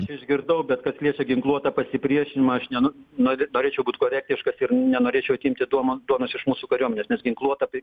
išgirdau bet kas liečia ginkluotą pasipriešinimą aš neno nor norėčiau būt korektiškas ir nenorėčiau atimti duomo duonos iš mūsų kariuomenės nes ginkluotą